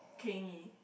Keng-Yi